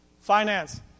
Finance